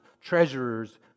treasurers